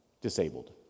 disabled